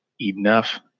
enough